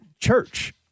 church